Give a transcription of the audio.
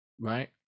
right